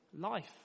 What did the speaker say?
life